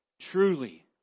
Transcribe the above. Truly